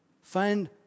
Find